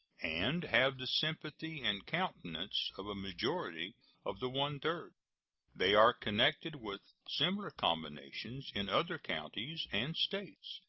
and have the sympathy and countenance of a majority of the one-third. they are connected with similar combinations in other counties and states,